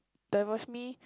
divorce me